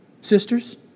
sisters